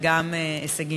תושבת חצבה גם היא,